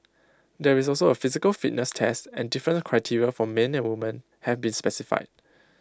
there is also A physical fitness test and different criteria for men and women have been specified